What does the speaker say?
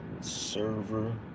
Server